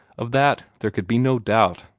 of that there could be no doubt.